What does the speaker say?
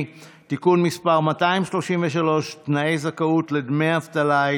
(תיקון מס' 233) (תנאי זכאות לדמי לידה),